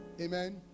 Amen